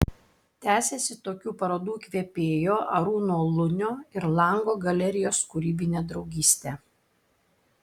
tęsiasi tokių parodų įkvėpėjo arūno lunio ir lango galerijos kūrybinė draugystė